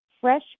fresh